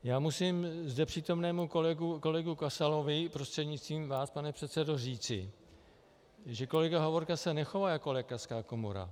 Já musím zde přítomnému kolegu Kasalovi prostřednictvím vás, pane předsedo, říci, že kolega Hovorka se nechová jako lékařská komora.